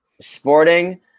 Sporting